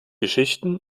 geschichten